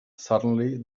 suddenly